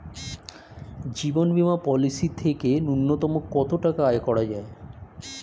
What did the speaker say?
জীবন বীমা পলিসি থেকে ন্যূনতম কত টাকা আয় করা যায়?